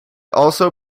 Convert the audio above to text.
also